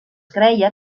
creia